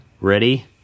Ready